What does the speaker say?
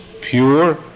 pure